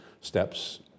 steps